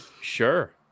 Sure